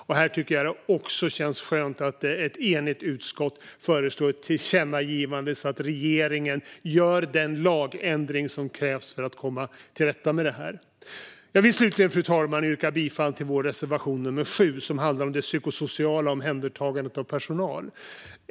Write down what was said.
Även här tycker jag att det känns skönt att ett enigt utskott föreslår ett tillkännagivande så att regeringen gör den lagändring som krävs för att komma till rätta med detta. Fru talman! Jag vill slutligen yrka bifall till vår reservation 7, som handlar om det psykosociala omhändertagandet av personal.